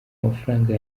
amafaranga